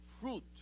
fruit